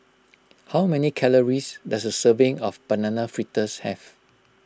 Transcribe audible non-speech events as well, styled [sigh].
[noise] how many calories does a serving of Banana Fritters have